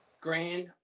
Grand